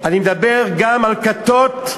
אני מדבר גם על כתות.